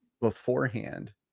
beforehand